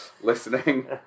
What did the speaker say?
listening